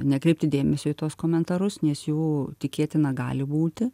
nekreipti dėmesio į tuos komentarus nes jų tikėtina gali būti